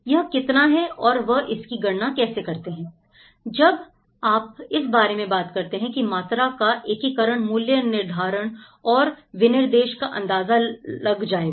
यह कितना है और वह इसकी गणना कैसे करते हैं जब आप इस बारे में बात करते हैं की मात्रा का एकीकरण मूल्य निर्धारण और विनिर्देश का अंदाजा लग जाएगा